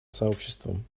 сообществом